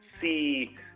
see